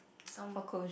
some